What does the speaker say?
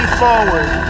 forward